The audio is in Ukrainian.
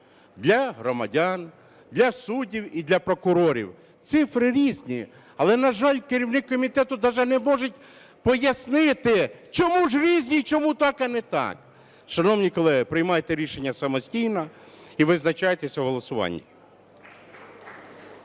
для громадян, для суддів і для прокурорів. Цифри різні. Але, на жаль, керівник комітету даже не може пояснити, чому ж різні і чому так, а не так. Шановні колеги, приймайте рішення самостійно і визначайтеся у голосуванні.